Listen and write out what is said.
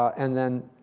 and then